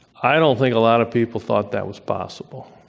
i don't think a lot of people thought that was possible.